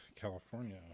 California